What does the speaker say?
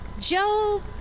Job